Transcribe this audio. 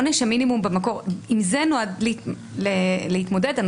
עונש המינימום במקור נועד להתמודד עם זה,